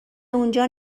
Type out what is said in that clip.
اونجا